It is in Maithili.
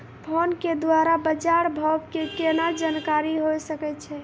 फोन के द्वारा बाज़ार भाव के केना जानकारी होय सकै छौ?